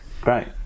Great